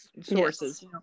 sources